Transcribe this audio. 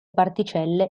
particelle